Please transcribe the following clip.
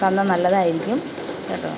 തന്നാൽ നല്ലതായിരിക്കും കേട്ടോ